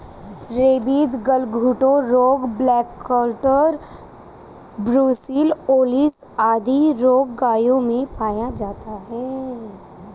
rabies, गलघोंटू रोग, black quarter, brucellosis आदि रोग गायों में पाया जाता है